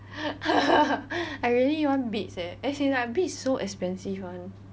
I really want beats eh as like beats so expensive [one]